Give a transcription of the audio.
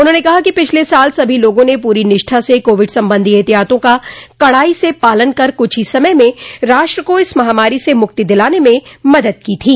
उन्होंने कहा कि पिछले साल सभी लोगा ने पूरी निष्ठा से कोविड सम्बंधी एहतियातों का कड़ाई से पालन कर कुछ ही समय में राष्ट्र को इस महामारी से मुक्ति दिलाने में मदद की थी